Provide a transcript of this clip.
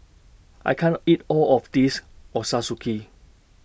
I can't eat All of This Ochazuke